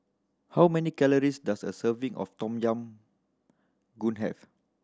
how many calories does a serving of Tom Yam Goong have